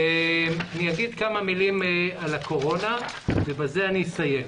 אני אומר כמה מלים על הקורונה ובזה אני אסיים.